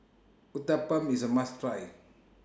Uthapam IS A must Try